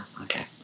okay